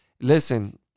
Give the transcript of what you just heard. Listen